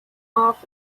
off